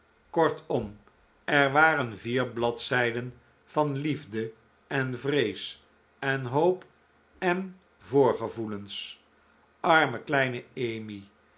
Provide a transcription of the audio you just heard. kortom er waren vier bladzijden van liefde en vrees en hoop en voorgevoelens arme kleine emmy